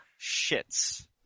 shits